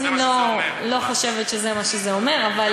אני לא חושבת שזה מה שזה אומר.